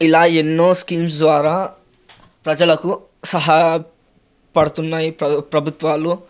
ఇలా ఎన్నో స్కీమ్సు ద్వారా ప్రజలకు సాహాయ పడుతున్నాయి ప్ర ప్రభుత్వాలు